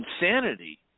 insanity